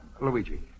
Luigi